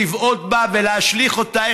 לבעוט בה ולהשליך אותה,